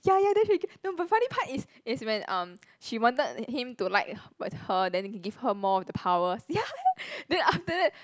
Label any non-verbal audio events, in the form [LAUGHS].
ya ya then she [NOISE] but funny part is is when um she wanted him to like her but her and give her more of the powers ya [LAUGHS] then after that